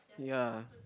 ya